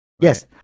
yes